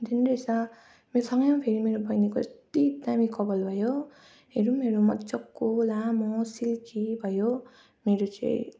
हुँदैन रहेछ मेरो सँगैमा फेरि मेरो बहिनीको यस्तो दामी कपाल भयो हेरौँ हेरौँ मजाको लामो सिल्की भयो मेरो चाहिँ